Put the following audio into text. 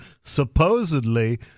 supposedly